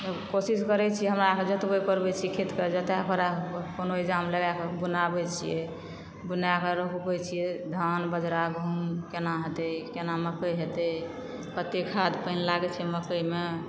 कोशिश करै छियै हमरासबके जोतबै कोरबै छियै खेतके जोताइ कोराइके कोनो इन्तजाम लगाए कऽ बुनाबै छियै बुना कऽ रोपबै छियै धान बजरा गहूँम केना हेतै केना मकइ हेतै कते खाद पानि लागै छै मकइमे